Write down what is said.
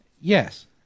Yes